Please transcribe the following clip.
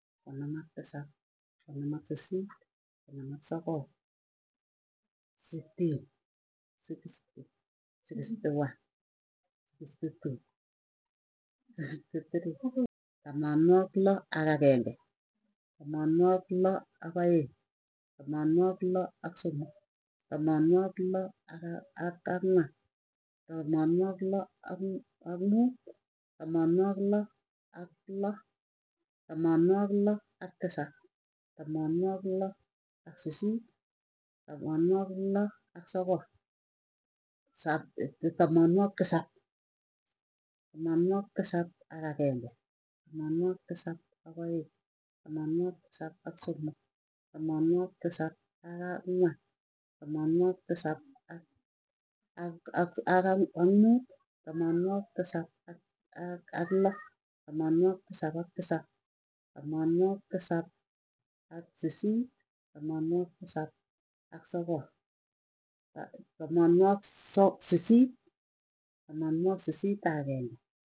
Konom ak sisit, konom ak tisap, konom ak sisit, konom ak sokol, sitin, sixty. sixty one sixty two. sixty three, tamanwagik loo ak agenge, tamanwagik loo ak aeng, tamanwagik loo ak somok, tamanwagik loo ak ang; wan. tamanwagik loo ak mut. tamanwagik loo ak tamanwagik loo ak tisap, tamanwagik loo ak sisit, tamanwagik loo ak sokol. tamanwagik tisap ak ageng tamanwagik tisap ak agenge, tamanwaagik tisap ak aeng tamanawagik tisap ak somok. tamanwagik tisap ak angwan tamanwagik tisap ak muut tamanwagik tisap ak loo tamanwagik tisap tamanwagik tisap ak sisit, tamanwagik tisap ak sokol, tamanwagik tisap ak, tamanwagik sisit, tamanwagik sisit ak ageng'e.